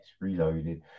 reloaded